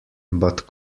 but